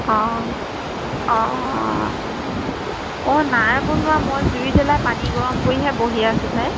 অঁ অঁ অঁ নাই বনোৱা মই জুই জ্বলাই পানী গৰম কৰিহে বহি আছোঁ পাই